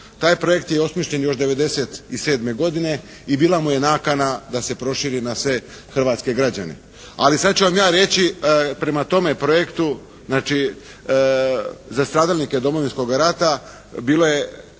Taj projekt je osmišljen još '97. godine i bila mu je nakana da se proširi na sve hrvatske građane. Ali sad ću vam ja reći prema tome projektu. Znači, za stradalnike Domovinskog rata bilo je